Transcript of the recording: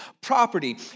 property